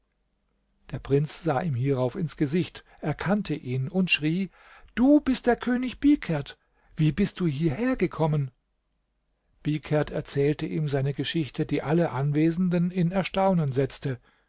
der prinz sah ihm hierauf ins gesicht erkannte ihn und schrie du bist der könig bihkerd wie bist du hierher gekommen bihkerd erzählte ihm seine geschichte die alle anwesenden in erstaunen setzte